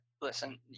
listen